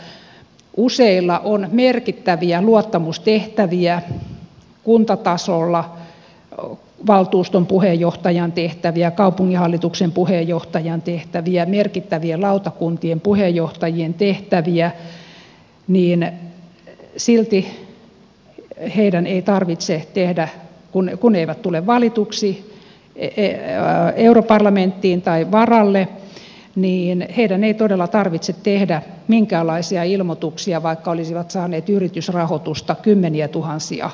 vaikka heistä useilla on merkittäviä luottamustehtäviä kuntatasolla valtuuston puheenjohtajan tehtäviä kaupunginhallituksen puheenjohtajan tehtäviä merkittäviä lautakuntien puheenjohtajien tehtäviä niin silti heidän ei tarvitse tehdä kun eivät tule valituksi europarlamenttiin tai varalle todella minkäänlaisia ilmoituksia vaikka olisivat saaneet yritysrahoitusta kymmeniätuhansia euroja